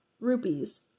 rupees